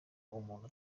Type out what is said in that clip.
umuntu